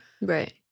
right